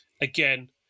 again